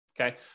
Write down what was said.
Okay